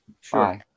Sure